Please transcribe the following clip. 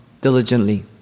diligently